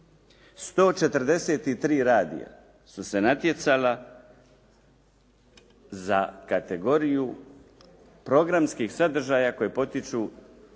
143 radija su se natjecala za kategoriju programskih sadržaja koji potiču